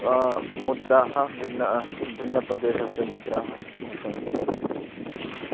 मुद्राः भिन्न भिन्नप्रदेशस्य मुद्राः मत्समीपे सन्ति